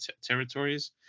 territories